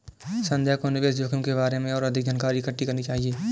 संध्या को निवेश जोखिम के बारे में और अधिक जानकारी इकट्ठी करनी चाहिए